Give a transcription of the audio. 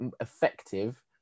effective